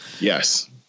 Yes